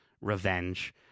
revenge